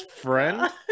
friend